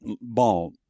ball